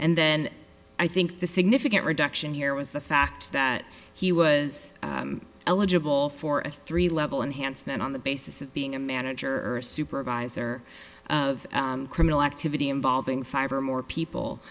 and then i think the significant reduction here was the fact that he was eligible for a three level enhanced man on the basis of being a manager or a supervisor of criminal activity involving five or more people